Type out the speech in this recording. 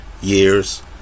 years